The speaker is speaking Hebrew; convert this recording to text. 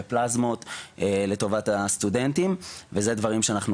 בפלזמות לטובת הסטודנטים ואלו דברים שאנחנו